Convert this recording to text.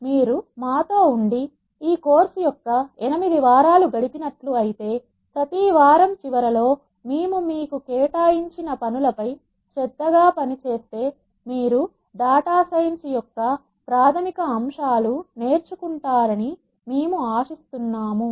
కాబట్టి మీరు మాతో ఉండి ఈ కోర్సు యొక్క ఎనిమిది వారాలు గడిపినట్లు అయితే ప్రతి వారం చివరలో మేము మీకు కేటాయించిన పనులపై శ్రద్ధగా పని చేస్తే మీరు డేటా సైన్స్ యొక్క ప్రాథమిక అంశాలు నేర్చుకుంటారని మేము ఆశిస్తున్నాము